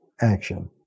action